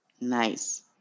Nice